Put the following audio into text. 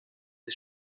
des